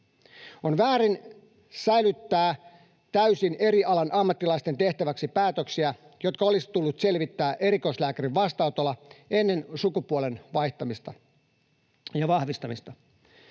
On väärin sälyttää täysin eri alan ammattilaisten tehtäväksi päätöksiä, jotka olisi tullut selvittää erikoislääkärin vastaanotolla ennen sukupuolen vaihtamista ja vahvistamista.